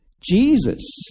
Jesus